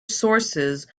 sources